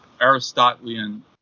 Aristotelian